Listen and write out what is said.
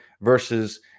versus